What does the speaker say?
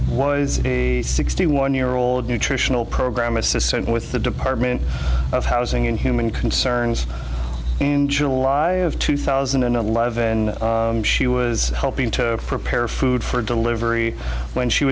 was a sixty one year old nutritional program assistant with the department of housing and human concerns in july of two thousand and eleven she was helping to prepare food for delivery when she